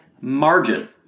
margin